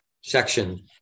section